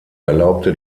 erlaubte